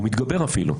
הוא מתגבר אפילו.